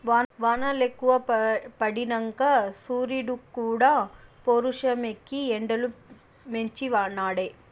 వానలెక్కువ పడినంక సూరీడుక్కూడా పౌరుషమెక్కి ఎండలు పెంచి నాడే